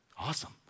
Awesome